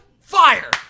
Fire